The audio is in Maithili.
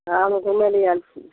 हम घूमे ले आएल छी